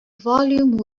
volume